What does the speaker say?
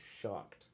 shocked